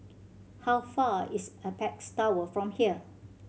how far is Apex Tower from here